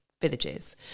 villages